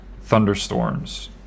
thunderstorms